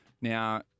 Now